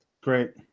Great